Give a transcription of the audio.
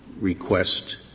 request